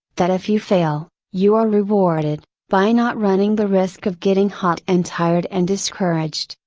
that if you fail, you are rewarded, by not running the risk of getting hot and tired and discouraged,